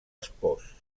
espòs